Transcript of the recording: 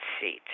seat